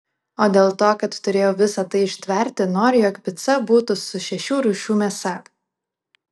o dėl to kad turėjau visa tai ištverti noriu jog pica būtų su šešių rūšių mėsa